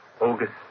August